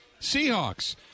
Seahawks